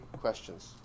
questions